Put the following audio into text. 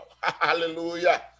Hallelujah